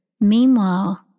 Meanwhile